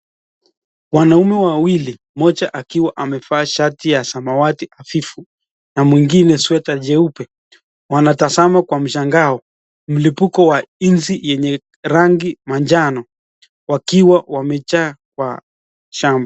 Wanaume wawili mmoja akiwa amevaa shati ya samawati hafifu na mwingine sweta jeupe wanatazama kwa mshangao mlipuko wa nyuzi yenye rangi manjano wakiwa wamejaa kwa shamba.